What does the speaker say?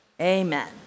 Amen